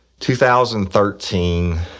2013